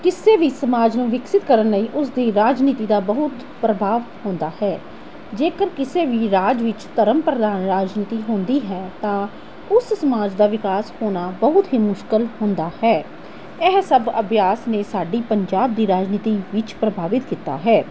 ਕਿਸੇ ਵੀ ਸਮਾਜ ਨੂੰ ਵਿਕਸਿਤ ਕਰਨ ਲਈ ਉਸਦੀ ਰਾਜਨੀਤੀ ਦਾ ਬਹੁਤ ਪ੍ਰਭਾਵ ਹੁੰਦਾ ਹੈ ਜੇਕਰ ਕਿਸੇ ਵੀ ਰਾਜ ਵਿੱਚ ਧਰਮ ਪ੍ਰਧਾਨ ਰਾਜਨੀਤੀ ਹੁੰਦੀ ਹੈ ਤਾਂ ਉਸ ਸਮਾਜ ਦਾ ਵਿਕਾਸ ਹੋਣਾ ਬਹੁਤ ਹੀ ਮੁਸ਼ਕਲ ਹੁੰਦਾ ਹੈ ਇਹ ਸਭ ਅਭਿਆਸ ਨੇ ਸਾਡੀ ਪੰਜਾਬ ਦੀ ਰਾਜਨੀਤੀ ਵਿੱਚ ਪ੍ਰਭਾਵਿਤ ਕੀਤਾ ਹੈ